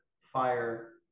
fire